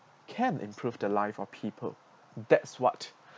can improve the life of people that's what